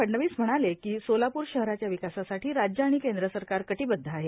फडणवीस म्हणाले की सोलापुर शहराच्या विकासासाठी राज्य आणि केंद्र सरकार कटिबद्व आहे